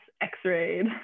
x-rayed